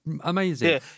amazing